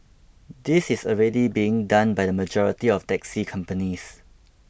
this is already being done by the majority of taxi companies